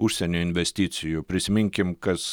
užsienio investicijų prisiminkim kas